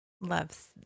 loves